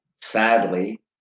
sadly